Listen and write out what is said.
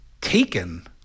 Taken